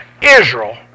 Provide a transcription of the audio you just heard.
Israel